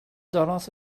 dollars